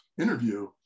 interview